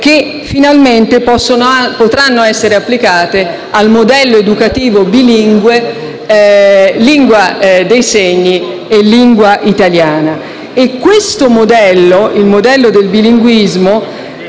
che finalmente potranno essere applicati al modello educativo bilingue tra lingua dei segni e lingua italiana. Il modello del bilinguismo